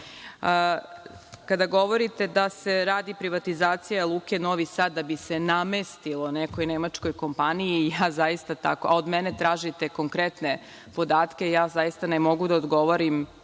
kada govorite da se radi privatizacija Luke Novi Sad da bi se namestilo nekoj nemačkoj kompaniji, a od mene tražite konkretne podatke, ja zaista ne mogu da odgovorim